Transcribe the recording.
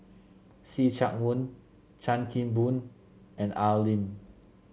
See Chak Mun Chan Kim Boon and Al Lim